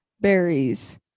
berries